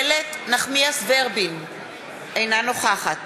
אינה נוכחת